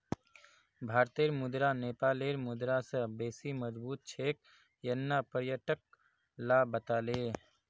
भारतेर मुद्रा नेपालेर मुद्रा स बेसी मजबूत छेक यन न पर्यटक ला बताले